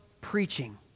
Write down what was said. preaching